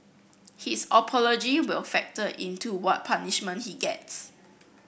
his apology will factor in to what punishment he gets